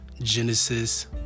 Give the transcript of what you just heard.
Genesis